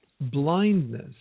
blindness